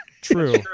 True